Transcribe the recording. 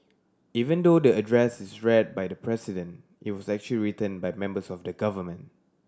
even though the address is read by the President it was actually written by members of the government